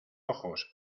ojos